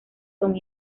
son